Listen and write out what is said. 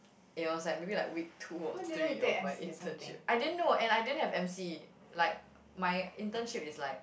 it was like maybe like week two or three of my internship I didn't know and I didn't have m_c like my internship is like